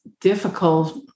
difficult